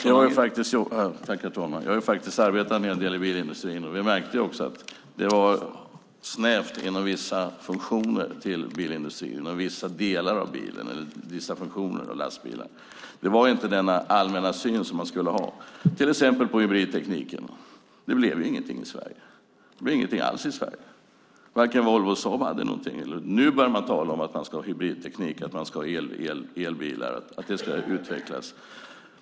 Herr talman! Jag har faktiskt arbetat en hel del i bilindustrin. Vi märkte också att det var snävt inom vissa funktioner av bilindustrin - vissa delar och funktioner av bilar eller lastbilar. Det var inte denna allmänna syn som man skulle ha till exempel på hybridtekniken. Det blev ingenting alls i Sverige. Varken Volvo eller Saab hade någonting. Nu börjar man tala om att man ska ha hybridteknik och att man ska ha elbilar och att det ska utvecklas.